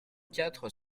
quatre